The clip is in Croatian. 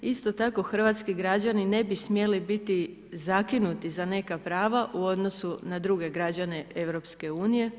Isto tako hrvatski građani ne bi smjeli biti zakinuti za neka prava u odnosu na druge građane EU.